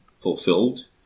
fulfilled